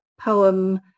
poem